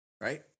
right